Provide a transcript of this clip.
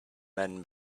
men